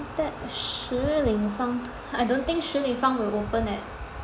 Suntec 食立方 I don't think 食立方 will open at